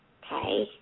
Hi